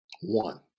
one